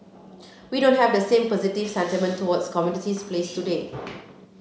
we don't have the same positive sentiment towards commodities plays today